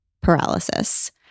paralysis